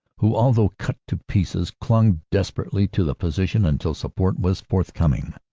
who although cut to pieces clung desperately to the position until support was forthcoming.